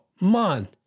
man